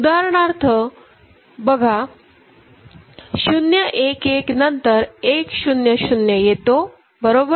उदाहरणार्थ बघा 0 1 1 नंतर 1 0 0 येतो बरोबर